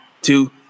two